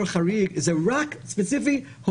משפטית,